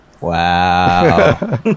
Wow